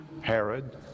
Herod